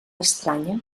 estranya